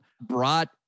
brought